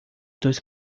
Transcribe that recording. dois